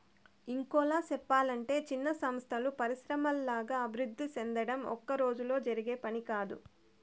ఇంకోలా సెప్పలంటే చిన్న సంస్థలు పరిశ్రమల్లాగా అభివృద్ధి సెందడం ఒక్కరోజులో జరిగే పని కాదు